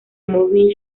morning